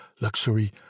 luxury